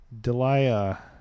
Delia